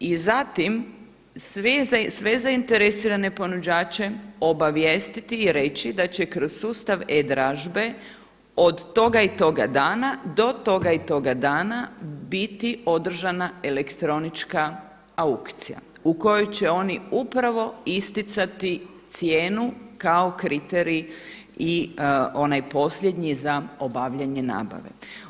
I zatim sve zainteresirane proizvođače obavijestiti i reći da će kroz sustav e-dražbe od toga i toga dana, do toga i toga dana biti održana elektronička aukcija u kojoj će oni upravo isticati cijenu kao kriterij i onaj posljednji za obavljanje nabave.